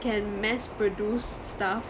can mass produce stuff